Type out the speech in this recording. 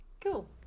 Cool